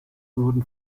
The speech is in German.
wurden